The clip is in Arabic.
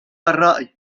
الرأي